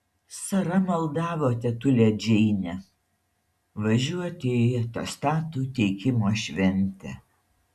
sara maldavo tetulę džeinę važiuoti į atestatų teikimo šventę